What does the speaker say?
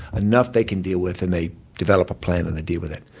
enough they can deal with and they develop a plan and they deal with it.